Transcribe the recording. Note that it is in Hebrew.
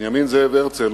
בנימין זאב הרצל